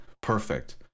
perfect